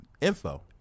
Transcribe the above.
info